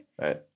Right